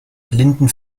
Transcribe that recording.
blinden